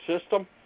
system